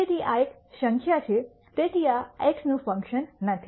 તેથી આ એક સંખ્યા છે તેથી આ આ x નું ફંક્શન નથી